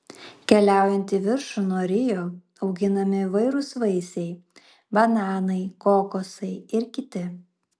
keliaujant į viršų nuo rio auginami įvairūs vaisiai bananai kokosai ir kiti